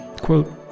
Quote